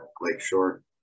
Lakeshore